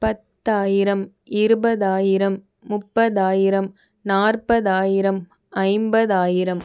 பத்தாயிரம் இருபதாயிரம் முப்பதாயிரம் நாற்பதாயிரம் ஐம்பதாயிரம்